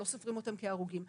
שלא סופרים אותם כהרוגים,